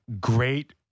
great